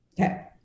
Okay